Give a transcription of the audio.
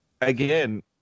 again